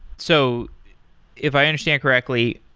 so if i understand correctly,